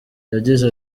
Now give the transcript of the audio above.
yagize